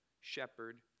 shepherd